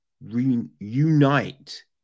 Reunite